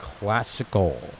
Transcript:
Classical